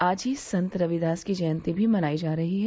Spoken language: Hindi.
आज ही संत रविदास की जयंती भी मनायी जा रही है